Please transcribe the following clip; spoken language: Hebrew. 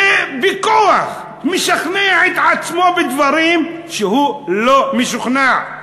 ובכוח משכנע את עצמו בדברים שהוא לא משוכנע.